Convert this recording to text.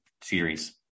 series